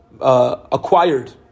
acquired